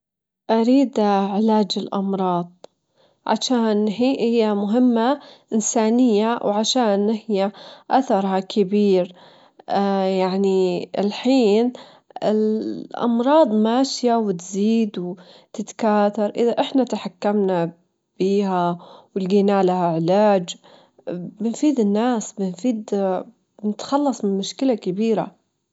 أول شي خلي الملابس مسطحة جدامك، الأشياء متل الجمصان تحطين الأكمام من جدام، تطوينها على نصفين، بعدها تطوين الأسفل للأعلى، والبنطلونات نفس الشي تطوينهم بالطول أو لًا وبعدين بالطول مرة تانية.